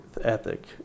ethic